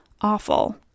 awful